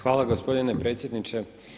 Hvala gospodine predsjedniče.